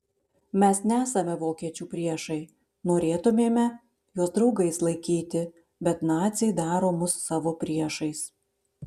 mes nesame vokiečių priešai norėtumėme juos draugais laikyti bet naciai daro mus savo priešais